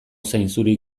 zainzuri